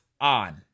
on